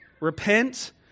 Repent